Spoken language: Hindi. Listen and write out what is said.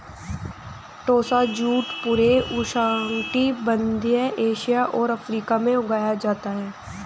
टोसा जूट पूरे उष्णकटिबंधीय एशिया और अफ्रीका में उगाया जाता है